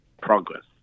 progress